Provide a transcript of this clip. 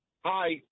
Hi